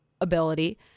ability